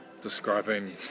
describing